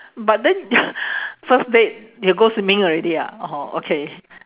but then first date you go swimming already ah orh okay